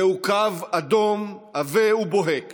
זהו קו אדום עבה ובוהק